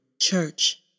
Church